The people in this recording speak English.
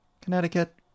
Connecticut